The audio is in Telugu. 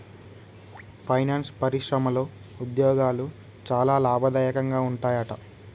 ఫైనాన్స్ పరిశ్రమలో ఉద్యోగాలు చాలా లాభదాయకంగా ఉంటాయట